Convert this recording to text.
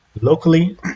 locally